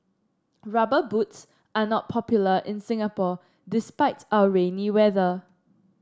rubber boots are not popular in Singapore despite our rainy weather